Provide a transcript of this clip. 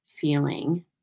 feeling